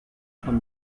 von